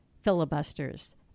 filibusters